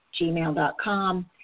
gmail.com